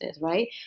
Right